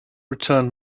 return